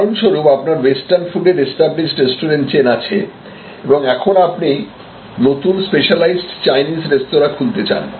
উদাহরণস্বরূপ আপনার ওয়েস্টার্ন ফুডের এস্টাবলিশড রেস্টুরেন্ট চেইন আছে এবং এখন আপনি নতুন স্পেশালাইজড চাইনিজ রেস্তোরাঁ খুলতে চান